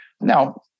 Now